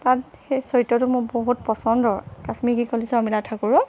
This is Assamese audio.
তাত সেই চৰিত্ৰটো মোৰ বহুত পচন্দৰ কাশ্মীৰ কি কলিত যে শৰ্মিলা ঠাকুৰৰ